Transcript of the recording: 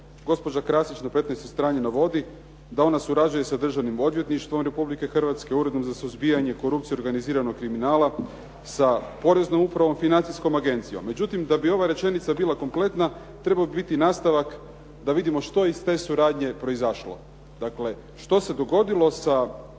gospođa Krasić na 15. strani navodi da ona surađuje Državnim odvjetništvom Republike Hrvatske, Uredom za suzbijanje korupcije i organiziranog kriminala, sa Poreznom upravom, Financijskom agencijom. Međutim, da bi ova rečenica bila kompletna trebao bi biti nastavak da vidimo što je iz te suradnje proizašlo, dakle što se dogodilo sa